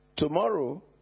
Tomorrow